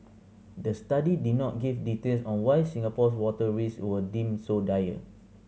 the study did not give details on why Singapore's water risks were deemed so dire